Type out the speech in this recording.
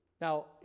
Now